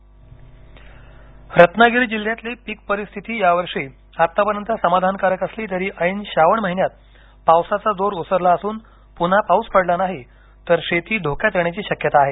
रत्नागिरी पीक पाणी रत्नागिरी जिल्ह्यातली पीक परिस्थिती यावर्षी आतापर्यंत समाधानकारक असली तरी ऐन श्रावण महिन्यात पावसाचा जोर ओसरला असुन पुन्हा पाऊस पडला नाही तर शेती धोक्यात येण्याची शक्यता आहे